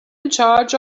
charge